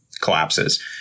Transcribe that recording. collapses